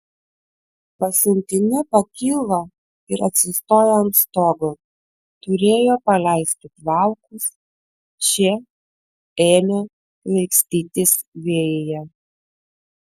pasiuntinė pakilo ir atsistojo ant stogo turėjo paleisti plaukus šie ėmė plaikstytis vėjyje